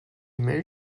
mail